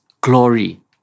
glory